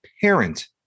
parent